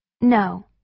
No